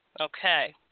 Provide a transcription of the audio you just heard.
Okay